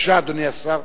אדוני השר,